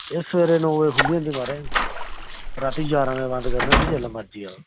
ऐ सबेरे नौ बजे खुल्ली जंदी ऐ महाराज राती जारां बजे बंद करने होन्ने जेल्लै मर्ज़ी आओ